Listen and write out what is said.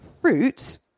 fruit